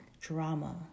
Drama